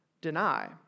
deny